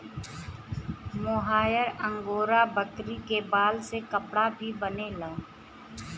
मोहायर angora बकरी के बाल से कपड़ा भी बनेला